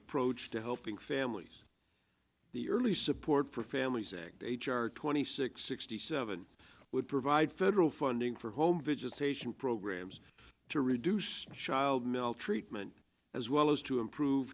approach to helping families the early support for families act h r twenty six sixty seven would provide federal funding for home visitation programs to reduce child maltreatment as well as to improve